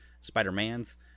Spider-Mans